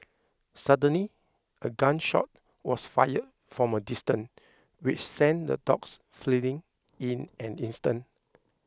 suddenly a gun shot was fired from a distance which sent the dogs fleeing in an instant